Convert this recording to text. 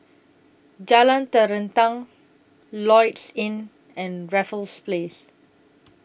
Jalan Terentang Lloyds Inn and Raffles Place